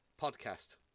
podcast